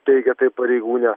teigė pareigūnė